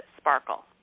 sparkle